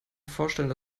vorstellen